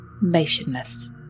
motionless